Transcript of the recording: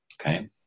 okay